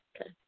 Okay